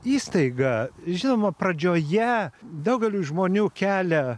įstaiga žinoma pradžioje daugeliui žmonių kelia